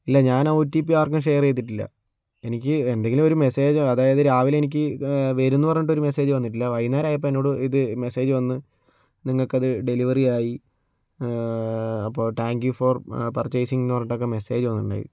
ഇല്ല ഞാൻ O T P ആർക്കും ഷെയർ ചെയ്തിട്ടില്ല എനിക്ക് എന്തെങ്കിലും ഒരു മെസ്സേജോ അതായത് രാവിലെ എനിക്ക് വെരുമെന്ന് പറഞ്ഞിട്ടൊരു മെസ്സേജ് വന്നട്ടില്ല വൈകുന്നേരമായപ്പോൾ എന്നോട് ഇത് മെസ്സേജ് വന്ന് നിങ്ങൾക്കത് ഡെലിവറി ആയി ആപ്പോൾ താങ്ക് യു ഫോർ പർച്ചേസിങ്ങ് എന്ന് പറഞ്ഞിട്ടൊക്കെ മെസ്സേജ് വന്നിട്ടുണ്ടായിരുന്നു